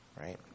Right